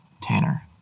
Tanner